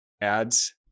ads